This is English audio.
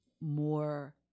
more